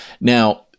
Now